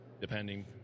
depending